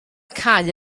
cau